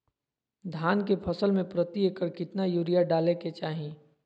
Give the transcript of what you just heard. धान के फसल में प्रति एकड़ कितना यूरिया डाले के चाहि?